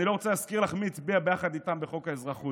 אני לא רוצה להזכיר לך מי הצביע ביחד איתם בחוק האזרחות.